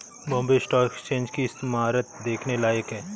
Bombay stock exchange की इमारत देखने लायक है